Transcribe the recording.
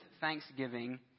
thanksgiving